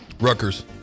Rutgers